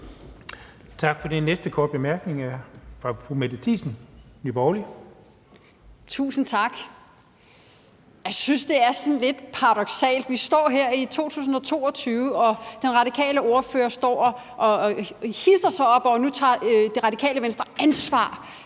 Thiesen, Nye Borgerlige. Kl. 12:58 Mette Thiesen (NB): Tusind tak. Jeg synes, at det er sådan lidt paradoksalt. Vi står her i 2022, og den radikale ordfører står og hidser sig op: Nu tager Radikale Venstre ansvar